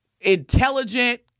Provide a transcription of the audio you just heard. intelligent